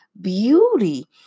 beauty